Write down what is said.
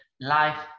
life